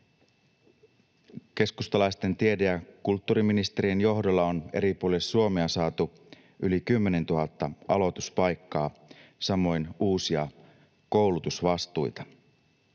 Keskustalaisten tiede- ja kulttuuriministerien johdolla on eri puolille Suomea saatu yli 10 000 aloituspaikkaa, samoin uusia koulutusvastuita.